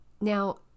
Now